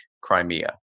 Crimea